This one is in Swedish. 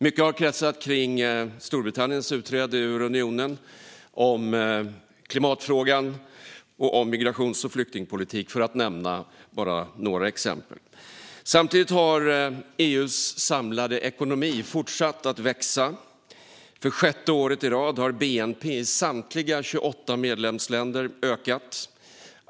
Mycket har kretsat kring Storbritanniens utträde ur unionen, kring klimatfrågan och kring migrations och flyktingpolitik, för att bara nämna några exempel. Samtidigt har EU:s samlade ekonomi fortsatt att växa. För sjätte året i rad har bnp i samtliga 28 medlemsländer ökat.